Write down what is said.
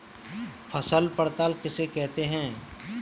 फसल पड़ताल किसे कहते हैं?